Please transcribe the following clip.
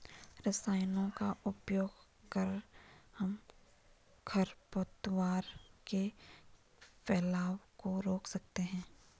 रसायनों का उपयोग कर हम खरपतवार के फैलाव को रोक सकते हैं